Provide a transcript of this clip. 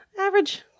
average